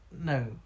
No